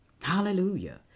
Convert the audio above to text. Hallelujah